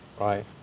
right